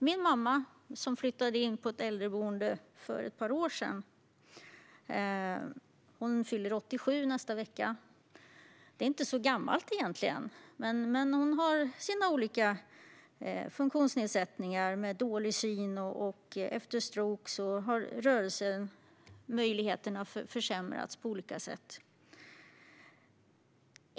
Min mamma, som flyttade in på ett äldreboende för ett par år sedan, fyller 87 nästa vecka. Det är egentligen inte så gammalt, men hon har sina olika funktionsnedsättningar. Hon har dålig syn, och efter en stroke har rörelseförmågan försämrats på olika sätt.